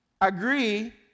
agree